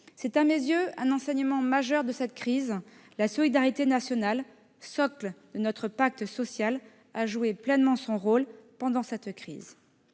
C'est à mes yeux un enseignement majeur de cette crise : la solidarité nationale, socle de notre pacte social, a joué pleinement son rôle. Toutefois, cette crise